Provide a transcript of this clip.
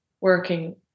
working